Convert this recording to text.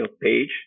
page